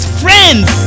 friends